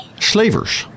Slavers